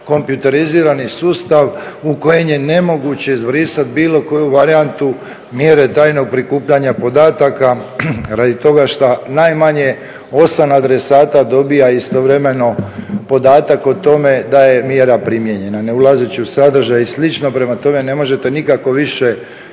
kompjuterizirani sustav u kojem je nemoguće izbrisati bilo koju varijantu mjere tajnog prikupljanja podataka radi toga šta najmanje 8 adresata dobija istovremeno podatak o tome da je mjera primijenjena ne ulazeći u sadržaj i slično. Prema tome, ne možete nikako više.